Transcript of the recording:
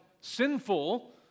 sinful